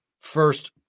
first